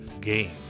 Game